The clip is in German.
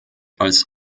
als